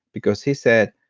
because he said,